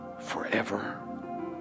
forever